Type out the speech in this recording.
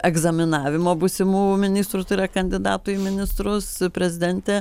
egzaminavimo būsimų ministrų tai yra kandidatų į ministrus prezidentė